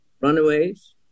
Runaways